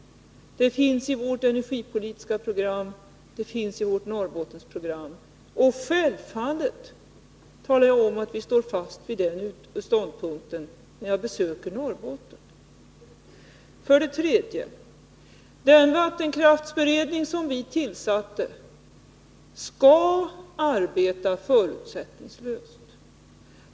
Det finns i vårt energipolitiska program, och det finns i vårt Norrbottensprogram. Självfallet talar jag om att vi står fast vid den ståndpunkten, när jag besöker Norrbotten. För det tredje: Den vattenkraftsberedning som vi tillsatte skall arbeta förutsättningslöst.